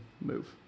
move